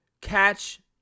catch